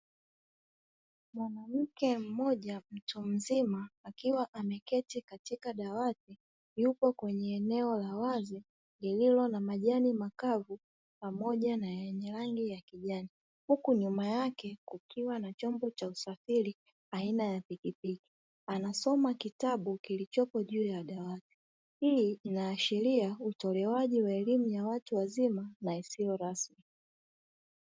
Mwanamke mmoja mtu mzima akiwa ameketi katika dawati yupo kwenye eneo la wazi lililo na majani makavu pamoja na yenye rangi ya kijani, huku nyuma yake kukiwa na chombo cha usafiri aina ya pikipiki anasoma kitabu kilichopo juu ya dawati, hii inaashiria utolewaji wa elimu ya watu wazima na isiyo rasmi.